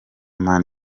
man